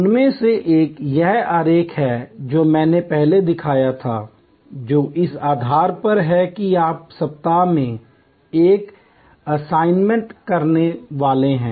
उनमें से एक यह आरेख है जो मैंने पहले दिखाया था जो इस आधार पर है कि आप सप्ताह में एक असाइनमेंट करने वाले हैं